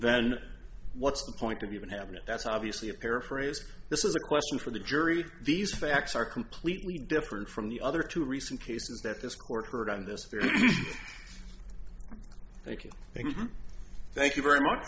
then what's the point of even having it that's obviously a paraphrase this is a question for the jury these facts are completely different from the other two recent cases that this court heard on this thank you thank you